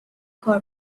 کار